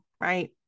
right